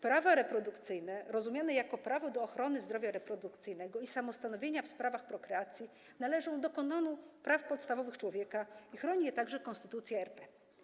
Prawa reprodukcyjne rozumiane jako prawo do ochrony zdrowia reprodukcyjnego i samostanowienia w sprawach prokreacji należą do kanonu praw podstawowych człowieka i chroni je także Konstytucja RP.